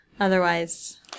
otherwise